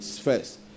first